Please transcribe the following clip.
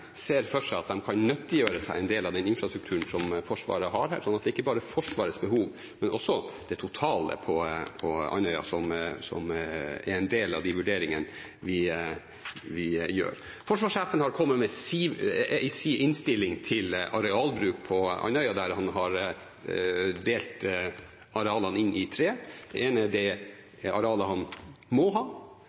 ser for seg at de kan nyttiggjøre seg en del av den infrastrukturen som Forsvaret har her. Så ikke bare Forsvarets behov, men også det totale behovet på Andøya, er en del av de vurderingene vi gjør. Forsvarssjefen har kommet med sin innstilling til arealbruk på Andøya, der han har delt arealene inn i tre. Det ene er det arealet han må ha,